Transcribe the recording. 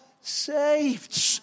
saved